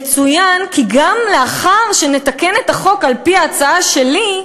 יצוין כי גם לאחר שנתקן את החוק על-פי ההצעה שלי,